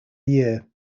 year